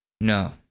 No